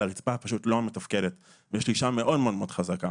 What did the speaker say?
הרצפה פשוט לא מתפקדת ויש לי אישה מאוד חזקה.